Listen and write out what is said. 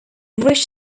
rich